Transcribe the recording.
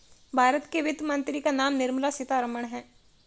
भारत के वित्त मंत्री का नाम निर्मला सीतारमन है